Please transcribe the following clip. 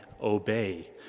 obey